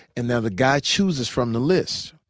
and the guy chooses from the list.